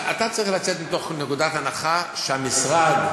אתה צריך לצאת מתוך נקודת הנחה שהמשרד,